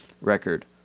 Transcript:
record